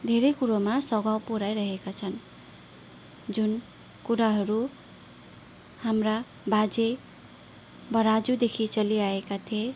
धेरै कुरोमा सघाउ पुर्याइरहेका छन् जुन कुराहरू हाम्रा बाजे बराजुदेखि चलिआएका थिए